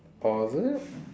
oh is it